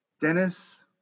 Dennis